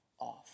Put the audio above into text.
off